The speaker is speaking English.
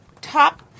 top